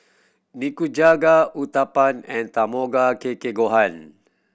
Nikujaga Uthapam and Tamago Kake Gohan